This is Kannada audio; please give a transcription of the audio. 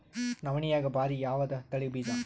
ನವಣಿಯಾಗ ಭಾರಿ ಯಾವದ ತಳಿ ಬೀಜ?